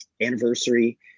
anniversary